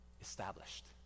established